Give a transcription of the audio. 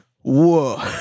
Whoa